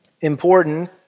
important